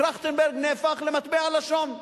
"טרכטנברג" נהפך למטבע לשון.